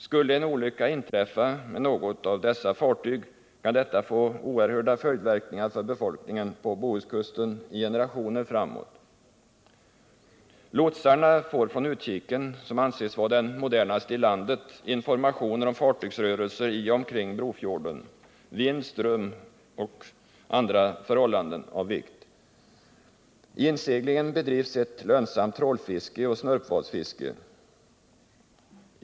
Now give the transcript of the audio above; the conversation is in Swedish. Skulle en olycka inträffa med något av dessa fartyg, kan det få oerhörda följder för befolkningen på Bohuskusten i generationer framåt. Lotsarna får från utkiken, som anses vara den modernaste i landet, informationer om fartygsrörelser i och omkring Brofjorden, vind, ström och andra förhållanden av vikt. Vid inseglingen bedrivs ett lönsamt tråloch snörpvadsfiske.